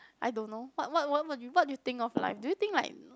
I don't know what what what what do you think of like do you think like